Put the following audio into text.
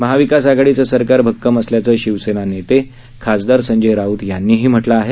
महाविकास आघाडीचं सरकार भक्कम असल्याचं शिवसेनेचे नेते खासदार संजय राऊत यांनीही म्हटलं आहे